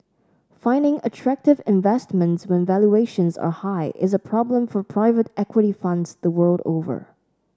finding attractive investments when valuations are high is a problem for private equity funds the world over